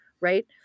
right